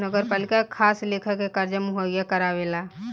नगरपालिका खास लेखा के कर्जा मुहैया करावेला